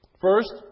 First